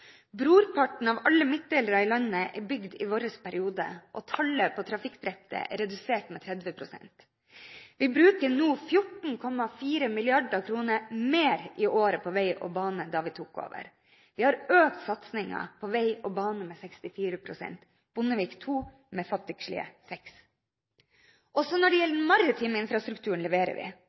Brorparten av alle midtdelere i landet er bygd i vår periode, og tallet på trafikkdrepte er redusert med 30 pst. Vi bruker nå 14,4 mrd. kr mer i året på vei og bane enn da vi tok over. Vi har økt satsingen på vei og bane med 64 pst. ; Bondevik II økte med fattigslige 6 pst. Også når det gjelder den maritime infrastrukturen, leverer vi.